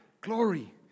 Glory